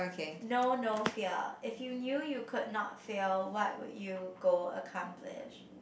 no no fear if you knew you could not fail what would you go accomplish